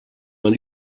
man